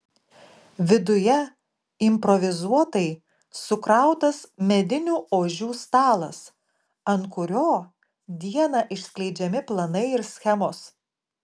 viduje improvizuotai sukrautas medinių ožių stalas ant kurio dieną išskleidžiami planai ir schemos